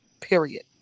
period